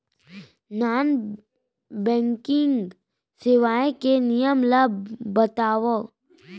Non banking सेवाएं के नियम ला बतावव?